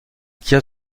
tient